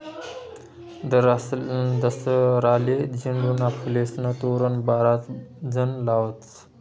दसराले झेंडूना फुलेस्नं तोरण बराच जण लावतस